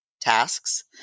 tasks